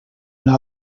una